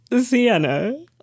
Sienna